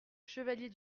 chevalier